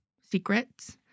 secrets